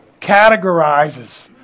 categorizes